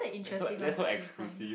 that's what that's what exclusive